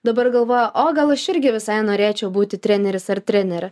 dabar galvoja o gal aš irgi visai norėčiau būti treneris ar trenerė